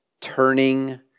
turning